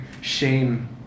shame